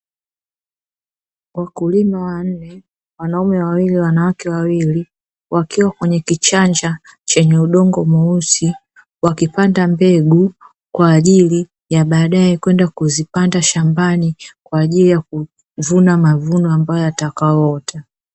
Wakulima wanne, wanaume wawili na wanawake wawili, wakiwa kwenye kichanja chenye udongo mweusi, wakipanda mbegu kwaajili ya baadae kwenda kuzipanda shambani kwaajili ya kuvuna mavuno ambayo yatakayoota.